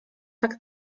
tak